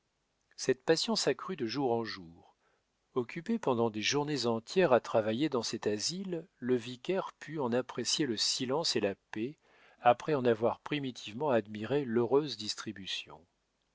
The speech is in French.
cette passion s'accrut de jour en jour occupé pendant des journées entières à travailler dans cet asile le vicaire put en apprécier le silence et la paix après en avoir primitivement admiré l'heureuse distribution